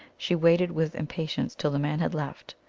she waited with impa tience till the man had left,